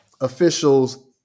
officials